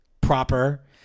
proper